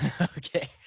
okay